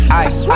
ice